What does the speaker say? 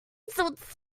flames